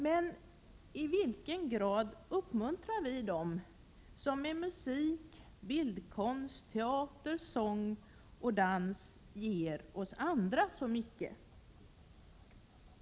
Men i vilken grad uppmuntrar vi dem som med musik, bildkonst, teater, sång och dans ger oss andra så mycket?